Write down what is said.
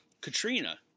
Katrina